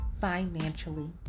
financially